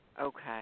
Okay